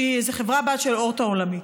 שהיא חברה בת של אורט העולמי.